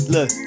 Look